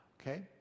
Okay